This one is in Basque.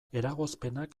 eragozpenak